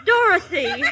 Dorothy